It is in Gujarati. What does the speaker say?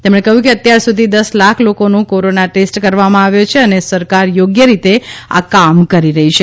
તેમણે કહયું કે અત્યાર સુધી દસ લાખ લોકોનું કોરોના ટેસ્ટ કરવામાં આવ્યું છે અને સરકાર યોગ્ય રીતે આ કામ કરી રહી છે